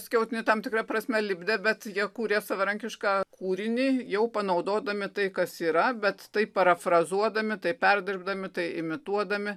skiautinį tam tikra prasme lipdė bet jie kūrė savarankišką kūrinį jau panaudodami tai kas yra bet tai parafrazuodami tai perdirbdami tai imituodami